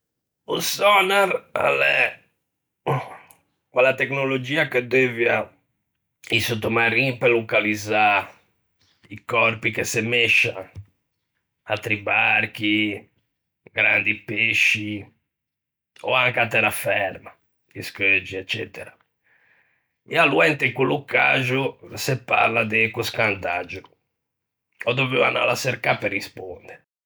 O sònar a l'é quella tecnologia che deuvia o sottomarin per localizzâ i còrpi che se mescian, atri barchi, grendi pesci, ò anche a tæraferma, i scheuggi eccetera, e aloa, inte quello caxo, se parla de ecoscandaggio. Ò dovuo anâlo à çercâ pe risponde.